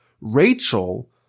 Rachel